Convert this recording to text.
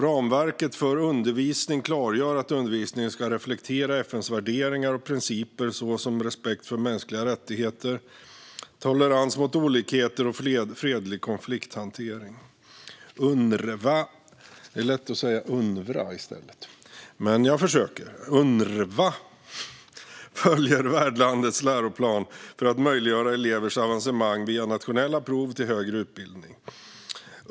Ramverket för undervisning klargör att undervisningen ska reflektera FN:s värderingar och principer såsom respekt för mänskliga rättigheter, tolerans mot olikheter och fredlig konflikthantering. Unrwa följer värdlandets läroplan för att möjliggöra elevers avancemang via nationella prov till högre utbildning.